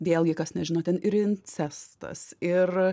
vėlgi kas nežino ten ir incestas ir